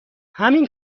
همین